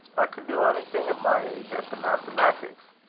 i could do onything at my age at the mathematics?